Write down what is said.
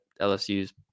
LSU's